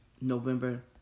November